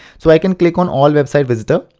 so i can click on all website visitors,